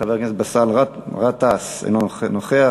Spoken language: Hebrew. חבר הכנסת באסל גטאס, אינו נוכח.